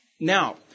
Now